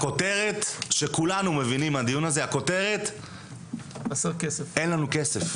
הכותרת שכולנו מבינים מהדיון הזה אין לנו כסף.